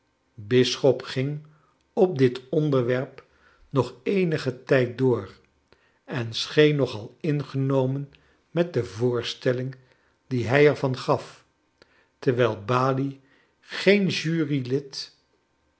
bisschop ging op dit onderwerp nog eenigen tijd door en scheen nog al ingenomen met de voorstelling die hij er van gaf terwijl balie geen jurylid